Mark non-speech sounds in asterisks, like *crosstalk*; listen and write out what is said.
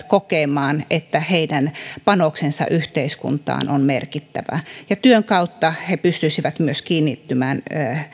*unintelligible* kokemaan että hänen panoksensa yhteiskuntaan on merkittävä ja työn kautta myös he pystyisivät kiinnittymään